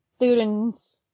students